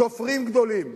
סופרים גדולים,